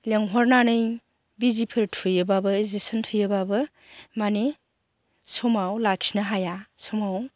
लेंहरनानै बिजिफोर थुयोबाबो इनजिकसन थुयोबाबो मानि समाव लाखिनो हाया समाव